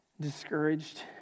discouraged